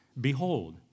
behold